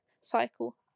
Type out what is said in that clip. cycle